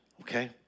Okay